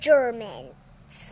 Germans